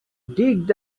dig